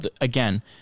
again